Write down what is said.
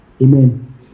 Amen